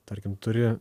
tarkim turi